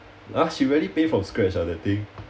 !huh! she really paint from scratch ah that thing